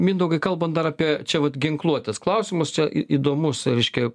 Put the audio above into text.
mindaugai kalbant dar apie čia vat ginkluotės klausimus čia įdomus reiškia